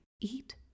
eat